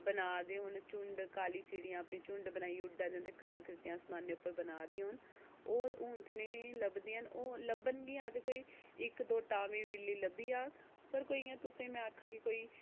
बनादे होन झुण्ड काली चिड़ियां झुण्ड बनाइयै उड़ा दियां होन कला कृतियां असमानै उप्पर बनादियां होन ओ हून ते नेई लभदियां न ओह् लभनगिया अगर कोई इक दो टामीं बिरली लब्भी आग पर कोई इयां में तुसेंगी में आक्खां कि